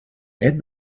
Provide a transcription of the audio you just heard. add